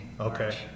Okay